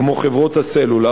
כמו חברות הסלולר,